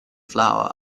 flour